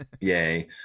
Yay